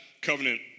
covenant